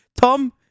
tom